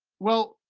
well,